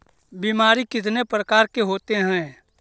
बीमारी कितने प्रकार के होते हैं?